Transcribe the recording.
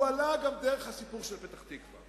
הוא עלה גם דרך הסיפור של פתח-תקווה.